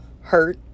hurt